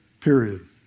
period